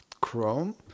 Chrome